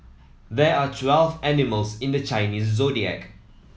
there are twelve animals in the Chinese Zodiac